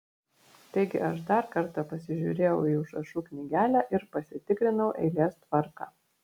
taigi aš dar kartą pasižiūrėjau į užrašų knygelę ir pasitikrinau eilės tvarką